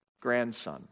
grandson